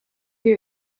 your